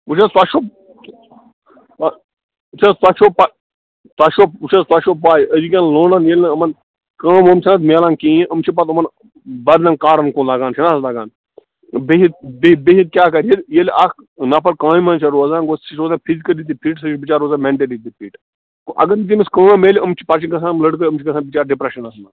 وٕچھ حظ تۄہہِ چھُو پہ وٕچھ حظ تۄہہِ چھُو پہ تۄہہِ چھو وٕچھ حظ تۄہہِ چھُو پَے أزۍکٮ۪ن لونٛڈَن ییٚلہِ نہٕ یِمَن کٲم وٲم چھِ نہٕ حظ مِلان کِہیٖنۍ یِم چھِ پَتہٕ یِمَن بَدلٮ۪ن کارَن کُن لگان چھُ نہ حظ لَگان بِہِتھ ہِہِتھ بِہِتھ کیاہ کَرِ ییٚلہِ ییٚلہِ اَکھ نفر کامہِ مَنٛز چھُ روزان گوٚو سُہ چھِ روزان فِزکٔلی تہِ فٹ سُہ چھِ بِچارٕ روزان مینٹٔلی تہِ فٹ گوٚو اگر نہٕ تٔمِس کٲم مِلہِ یِم چھِ پَتہٕ چھِ گژھان یِم لڑکہٕ یِم چھِ گژھان بِچار ڈِپرٛشنَس منٛز